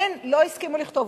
אין, לא הסכימו לכתוב.